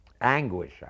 anguish